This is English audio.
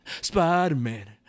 Spider-Man